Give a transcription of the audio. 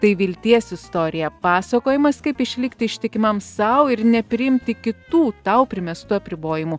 tai vilties istorija pasakojimas kaip išlikti ištikimam sau ir nepriimti kitų tau primestų apribojimų